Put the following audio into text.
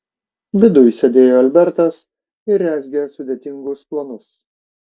viduj sėdėjo albertas ir rezgė sudėtingus planus